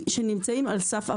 שנמצאים על סף אבדון,